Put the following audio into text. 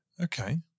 Okay